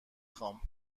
خوام